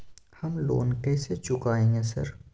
हम लोन कैसे चुकाएंगे सर?